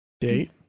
date